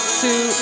two